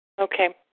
Okay